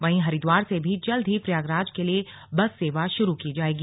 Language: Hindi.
वहीं हरिद्वार से भी जल्द ही प्रयागराज के लिए बस सेवा शुरु की जाएगी